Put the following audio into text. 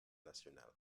nationale